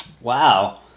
Wow